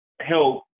help